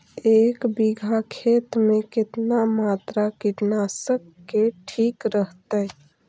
एक बीघा खेत में कितना मात्रा कीटनाशक के ठिक रहतय?